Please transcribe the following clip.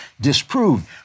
disproved